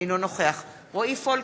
אינו נוכח רועי פולקמן,